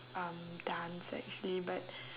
um dance actually but